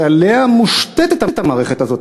שעליו מושתתת המערכת הזאת,